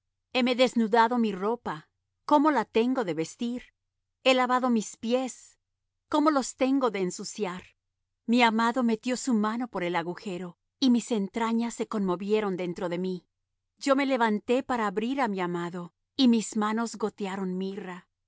desnudado mi ropa cómo la tengo de vestir he lavado mis pies cómo los tengo de ensuciar mi amado metió su mano por el agujero y mis entrañas se conmovieron dentro de mí yo me levanté para abrir á mi amado y mis manos gotearon mirra